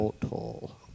Total